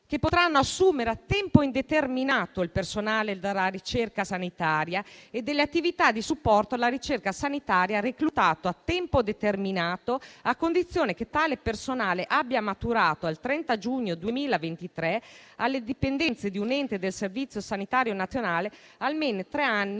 che potranno assumere a tempo indeterminato il personale per la ricerca sanitaria e le attività di supporto connesse, reclutato a tempo determinato, a condizione che abbia maturato al 30 giugno 2023, alle dipendenze di un ente del Servizio sanitario nazionale, almeno tre anni